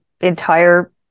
entire